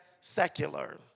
secular